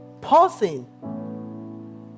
pausing